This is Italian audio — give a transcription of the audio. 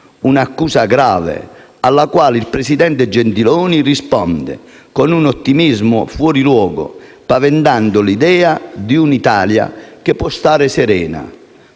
un'accusa grave, alla quale il presidente Gentiloni Silveri risponde con un ottimismo fuori luogo, promuovendo l'idea di un'Italia che può «stare serena»,